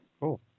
Cool